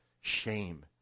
shame